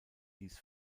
dies